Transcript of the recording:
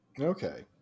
Okay